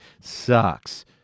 sucks